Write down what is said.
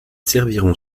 serviront